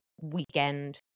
weekend